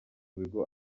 bigo